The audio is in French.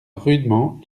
rudement